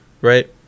right